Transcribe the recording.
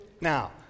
Now